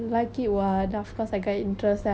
!wah! not bad I'm impressed